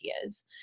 ideas